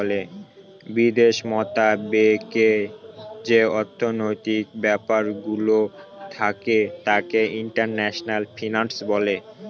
বিদেশ মতাবেকে যে অর্থনৈতিক ব্যাপারগুলো থাকে তাকে ইন্টারন্যাশনাল ফিন্যান্স বলে